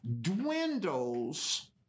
dwindles